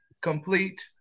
complete